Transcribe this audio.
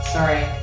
Sorry